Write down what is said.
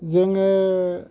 जोङो